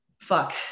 fuck